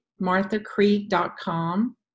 MarthaCreek.com